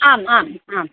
आम् आम् आम्